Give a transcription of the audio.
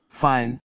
fine